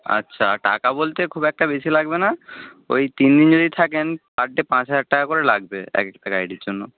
আচ্ছা টাকা বলতে খুব একটা বেশি লাগবে না ওই তিন দিন যদি থাকেন পার ডে পাঁচ হাজার টাকা করে লাগবে এক একটা গাইডের জন্য